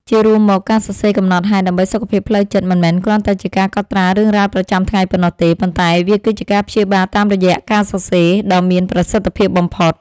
ជារួមមក ការសរសេរកំណត់ហេតុដើម្បីសុខភាពផ្លូវចិត្ត មិនមែនគ្រាន់តែជាការកត់ត្រារឿងរ៉ាវប្រចាំថ្ងៃប៉ុណ្ណោះទេ ប៉ុន្តែវាគឺជាការព្យាបាលតាមរយៈការសរសេរ ដ៏មានប្រសិទ្ធភាពបំផុត។